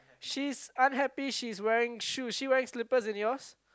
she's unhappy she's wearing shoes she wearing slippers in yours